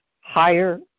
higher